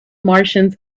martians